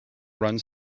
runs